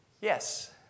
yes